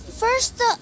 First